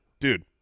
dude